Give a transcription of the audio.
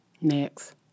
Next